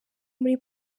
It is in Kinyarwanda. muri